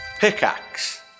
pickaxe